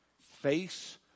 face